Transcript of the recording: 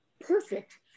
perfect